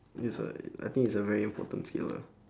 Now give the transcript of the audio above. yes I I think it's a very important skill lah